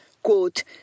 Quote